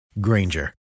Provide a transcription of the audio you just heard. Granger